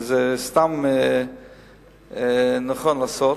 וזה סתם נכון לעשות: